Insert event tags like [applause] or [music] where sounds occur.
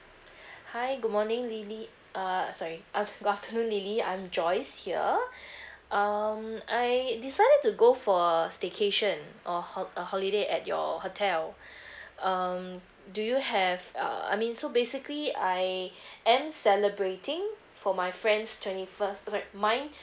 [breath] hi good morning lily err sorry uh good afternoon lily I'm joyce here [breath] um I decided to go for a staycation or ho~ a holiday at your hotel [breath] um do you have err I mean so basically I [breath] am celebrating for my friend's twenty first sorry mine